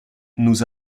nous